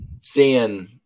Seeing